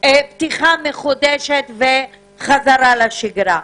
פתיחה מחודשת וחזרה לשגרה.